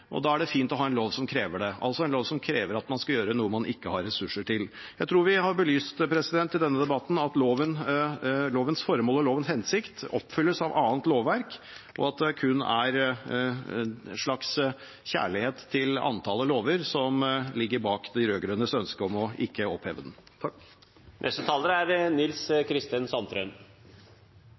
og da er det fint å ha en lov som krever det, altså en lov som krever at man skal gjøre noe man ikke har ressurser til. Jeg tror vi har belyst i denne debatten at lovens formål og lovens hensikt oppfylles av annet lovverk, og at det kun er en slags kjærlighet til antallet lover som ligger bak de rød-grønnes ønske om ikke å oppheve den.